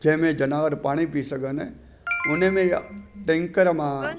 जंहिंमें जनावर पाणी पी सघनि उन में टैंकर मां